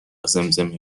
زمزمه